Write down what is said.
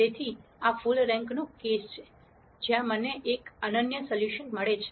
તેથી આ full rank નો કેસ છે જ્યાં મને એક અનન્ય સોલ્યુશન મળે છે